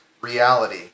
reality